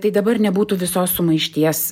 tai dabar nebūtų visos sumaišties